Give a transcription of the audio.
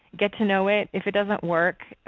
get to know it. if it doesn't work,